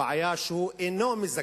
הבעיה היא שהוא אינו מזגזג.